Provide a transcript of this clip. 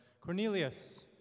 Cornelius